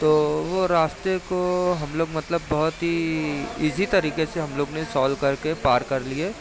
تو وہ راستے کو ہم لوگ مطلب بہت ہی ایزی طریقے سے ہم لوگ نے سولو کر کے پار کر لیے